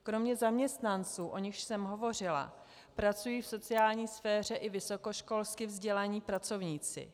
Kromě zaměstnanců, o nichž jsem hovořila, pracují v sociální sféře i vysokoškolsky vzdělaní pracovníci.